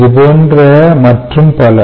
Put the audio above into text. இது போன்ற மற்றும் பல